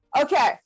Okay